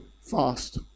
fast